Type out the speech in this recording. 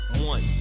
One